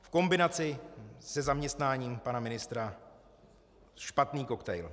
V kombinaci se zaměstnáním pana ministra špatný koktejl.